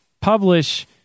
publish